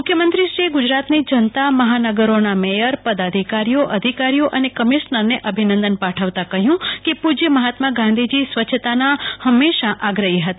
મુખ્યમંત્રીશ્રીએ ગુજરાતની જનતા મહાનગરોના મેયર પદાધિકારીશ્રીઓ અધિકારીઓ અને કમિશનરને અભિનંદન પાઠવતા કહ્યું કે પ્ર જ્ય મહાત્મા ગાંધીજી સ્વચ્છતાના હમેશા આગ્રફી હતા